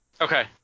Okay